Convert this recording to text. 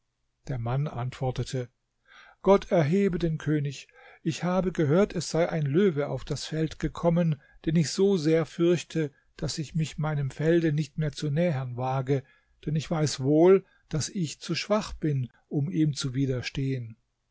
der mann antwortete gott erhebe den könig ich habe gehört es sei ein löwe auf das feld gekommen den ich so sehr fürchte daß ich mich meinem felde nicht mehr zu nähern wage denn ich weiß wohl daß ich zu schwach bin um ihm zu widerstehen